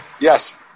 Yes